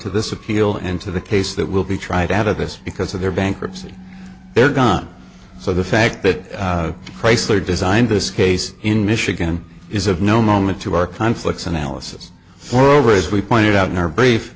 to this appeal and to the case that will be tried out of this because of their bankruptcy they're gone so the fact that chrysler designed this case in michigan is of no moment to our conflicts analysis moreover as we pointed out in our brief